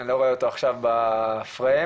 בבקשה עמרי.